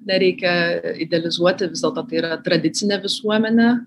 nereikia idealizuoti vis dėlto tai yra tradicinė visuomenė